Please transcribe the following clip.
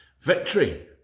victory